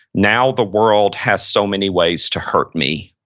now the world has so many ways to hurt me.